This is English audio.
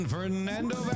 Fernando